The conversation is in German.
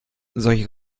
solche